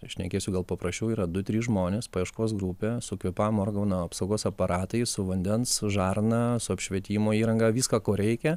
šnekėsiu gal paprasčiau yra du trys žmonės paieškos grupė su kvėpavimo organų apsaugos aparatais su vandens žarna su apšvietimo įranga viską ko reikia